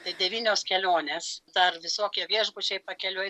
tai devynios kelionės dar visokie viešbučiai pakeliui